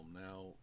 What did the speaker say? now